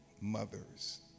mothers